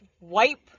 wipe